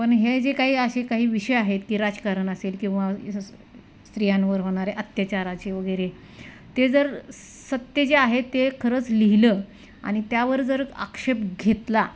पण हे जे काही असे काही विषय आहेत की राजकारण असेल किंवा स्त्रियांवर होणारे अत्याचाराचे वगैरे ते जर सत्य जे आहे ते खरंच लिहिलं आणि त्यावर जर आक्षेप घेतला